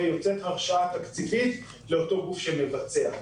ואז יוצאת הרשאה תקציבית לאותו גוף שמבצע.